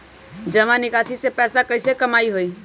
जमा निकासी से पैसा कईसे कमाई होई?